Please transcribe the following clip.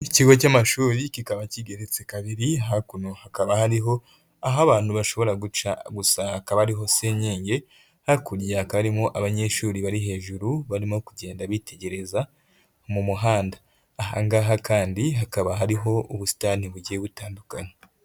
Ikigo cy'amashuri, kikaba kigeretse kabiri, hakuno hakaba hariho aho abantu bashobora guca gusa hakaba ariho senyenge, hakurya habaka harimo abanyeshuri bari hejuru, barimo kugenda bitegereza mu muhanda. Aha ngaha kandi hakaba hariho ubusitani bugiye butandukanye.